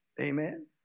Amen